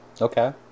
Okay